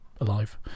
alive